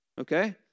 Okay